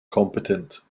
competent